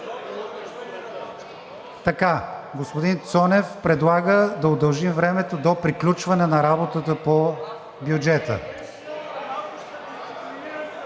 Господин Цонев предлага да удължим времето до приключване на работата по бюджета.